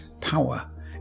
power